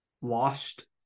lost